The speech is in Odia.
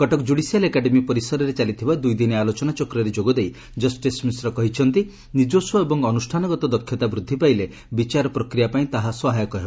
କଟକ ଜୁଡିସିଆଲ ଏକାଡେମୀ ପରିସରରେ ଚାଲିଥିବା ଦୁଇଦିନିଆ ଆଲୋଚନା ଚକ୍ରରେ ଯୋଗଦେଇ ଜଷ୍ଟିସ ମିଶ୍ର କହିଛନ୍ତି ନିଜସ୍ୱ ଏବଂ ଅନୁଷାନଗତ ଦକ୍ଷତା ବୃଦ୍ଧି ପାଇଲେ ବିଚାର ପ୍ରକ୍ରିୟା ପାଇଁ ତାହା ସହାୟକ ହେବ